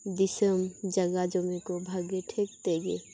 ᱫᱤᱥᱚᱢ ᱡᱟᱜᱟ ᱡᱚᱢᱤ ᱠᱚ ᱵᱷᱟᱹᱜᱤ ᱴᱷᱤᱠ ᱛᱮᱜᱮ